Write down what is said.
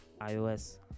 iOS